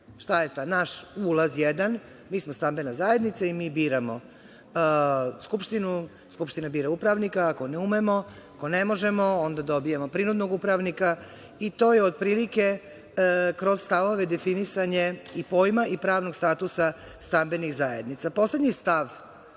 šta je stan. Naš ulaz jedan, mi smo stambena zajednica i biramo skupštinu, skupština bira upravnika, ako ne umemo, ako ne možemo, onda dobijamo prinudnog upravnika, i to je otprilike, kroz stavove, definisanje pojma i pravnog statusa stambenih zajednica. Poslednji stav